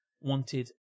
wanted